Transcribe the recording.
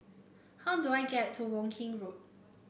how do I get to Woking Road